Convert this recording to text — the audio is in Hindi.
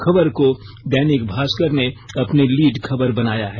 खबर को दैनिक भास्कर ने अपनी लीड खबर बनाया है